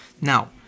Now